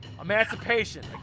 Emancipation